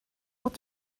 what